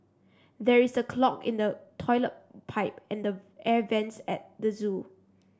there is a clog in the toilet pipe and the air vents at the zoo